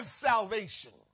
salvation